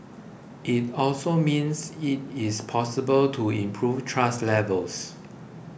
it also means it is possible to improve trust levels